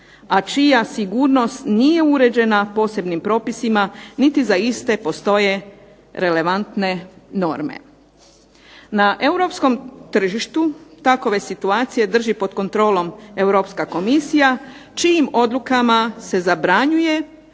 a čija sigurnost nije uređena posebnim propisima niti za iste postoje relevantne norme. Na europskom tržištu takove situacije drži pod kontrolom Europska komisija čijim odlukama se zabranjuje,